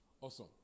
Awesome